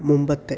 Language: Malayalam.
മുമ്പത്തെ